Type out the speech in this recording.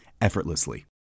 effortlessly